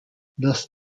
dass